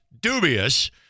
dubious